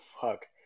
fuck